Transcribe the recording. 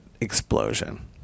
explosion